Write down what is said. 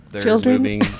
Children